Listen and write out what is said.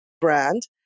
brand